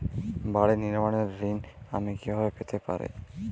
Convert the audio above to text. বাড়ি নির্মাণের ঋণ আমি কিভাবে পেতে পারি?